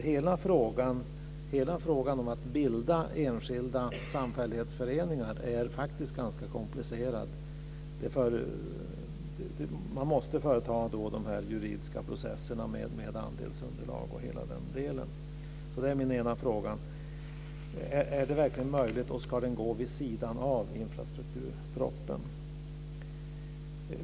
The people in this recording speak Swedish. Hela frågan om att bilda enskilda samfällighetsföreningar är ganska komplicerad. Man måste företa de juridiska processerna med andelsunderlag och hela den delen. Det är min ena fråga: Är det verkligen möjligt, och ska det gå vid sidan av infrastrukturporopositionen?